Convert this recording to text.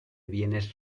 bienes